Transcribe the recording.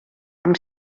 amb